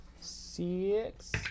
Six